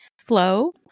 flow